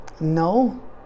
no